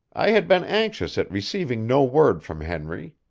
i had been anxious at receiving no word from henry.